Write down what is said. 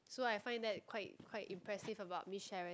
so I find that quite quite impressive about Miss Sharon